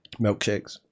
Milkshakes